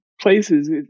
places